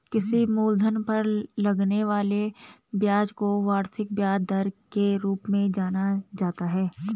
किसी मूलधन पर लगने वाले ब्याज को वार्षिक ब्याज दर के रूप में जाना जाता है